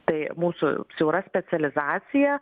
tai mūsų siaura specializacija